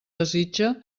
desitja